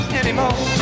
anymore